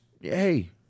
hey